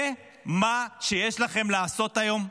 זה מה שיש לכם לעשות היום?